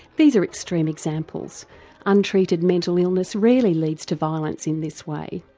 these are extreme examples untreated mental illness rarely leads to violence in this way.